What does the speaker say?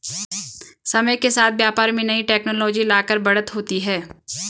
समय के साथ व्यापार में नई टेक्नोलॉजी लाकर बढ़त होती है